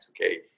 okay